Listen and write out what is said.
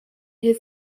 his